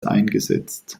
eingesetzt